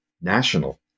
national